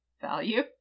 value